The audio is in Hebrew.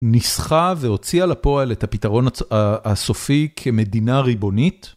ניסחה והוציאה לפועל את הפתרון הסופי כמדינה ריבונית?